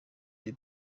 the